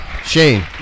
Shane